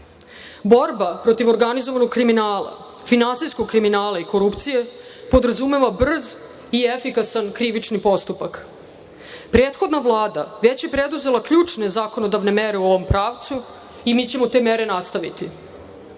protiv organizovanog kriminala, finansijskog kriminala i korupcije podrazumeva brz i efikasan krivični postupak. Prethodna Vlada već je preduzela ključne zakonodavne mere u ovom pravcu i mi ćemo te mere nastaviti.